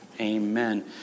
amen